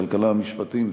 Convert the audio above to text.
הכלכלה והמשפטים,